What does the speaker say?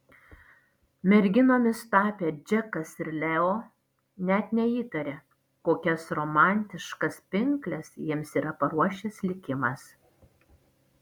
merginomis tapę džekas ir leo net neįtaria kokias romantiškas pinkles jiems yra paruošęs likimas